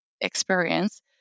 experience